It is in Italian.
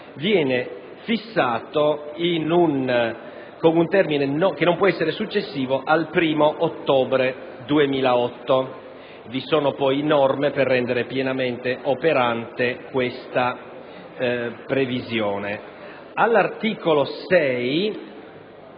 viene fissato con un termine che non può essere successivo al 1° ottobre 2008. Vi sono poi norme atte a rendere pienamente operante questa previsione. L'articolo 7